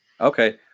Okay